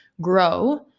grow